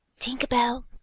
Tinkerbell